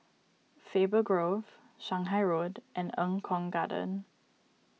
Faber Grove Shanghai Road and Eng Kong Garden